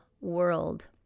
world